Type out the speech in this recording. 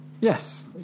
Yes